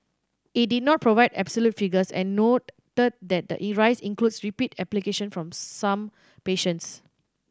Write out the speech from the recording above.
it did not provide absolute figures and noted that the rise includes repeat application from some patients